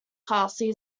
parsley